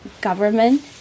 government